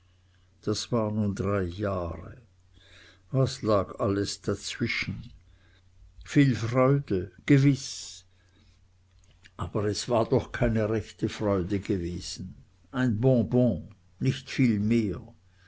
das war nun drei jahre was lag alles dazwischen viel freude gewiß aber es war doch keine rechte freude gewesen ein bonbon nicht viel mehr